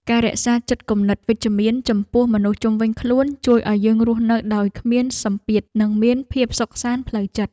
ការរក្សាចិត្តគំនិតវិជ្ជមានចំពោះមនុស្សជុំវិញខ្លួនជួយឱ្យយើងរស់នៅដោយគ្មានសម្ពាធនិងមានភាពសុខសាន្តផ្លូវចិត្ត។